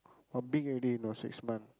orh big already not six month